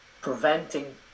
preventing